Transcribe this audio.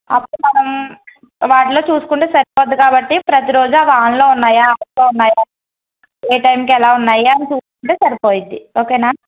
అప్పుడు మనం వాటిలో చూసుకుంటే సరిపోతుంది కాబట్టి ప్రతిరోజు అవి ఆనలో ఉన్నాయా అఫ్లో ఉన్నాయా ఏ టైంకి ఎలా ఉన్నాయా అని చూసుకుంటే సరిపోతుంది ఓకేనా